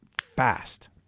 fast